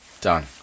Done